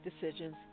decisions